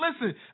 Listen